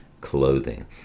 clothing